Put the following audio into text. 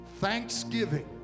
thanksgiving